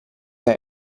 der